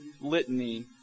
litany